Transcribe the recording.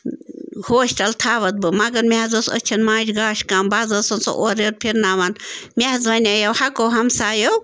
hostel تھاوَتھ بہٕ مگر مےٚ حظ اوس أچھَن ماجہِ گاش کَم بہٕ حظ ٲسَن سۄ اورٕ یورٕ پھِرناوان مےٚ حظ وَنییو حقو ہمسایو